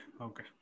okay